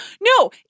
no